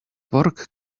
pork